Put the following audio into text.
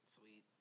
Sweet